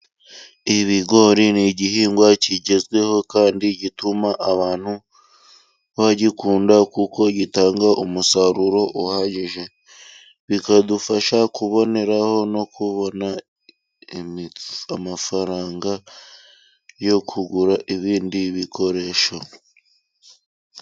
Ibigori ni igihingwa kigezweho kandi gituma abantu bagikunda kuko gitanga umusaruro uhagije, bikadufasha kuboneraho no kubona amafaranga yo kugura ibindi bikoresho.